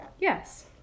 Yes